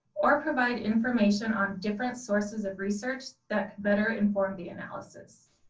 or provide information on different sources of research that better inform the analysis.